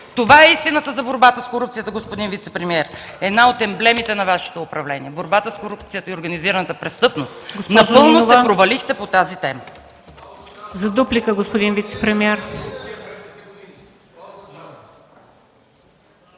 Това е истината за борбата с корупцията, господин вицепремиер. Една от емблемите на Вашето управление – борбата с корупцията и организираната престъпност, напълно се провалихте по тази тема. Благодаря.